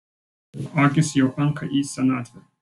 mano akys jau anka į senatvę